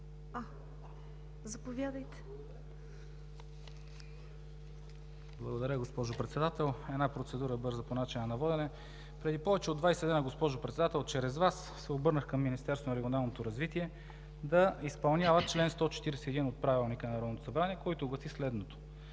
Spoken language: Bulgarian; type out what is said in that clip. за България): Благодаря, госпожо Председател. Една бърза процедура по начина на водене. Преди повече от 20 дни, госпожо Председател, чрез Вас се обърнах към Министерството на регионалното развитие да изпълнява чл. 141 от Правилника на Народното събрание, който гласи следното: